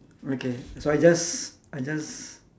okay so I just I just